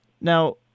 Now